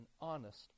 honest